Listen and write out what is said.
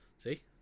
See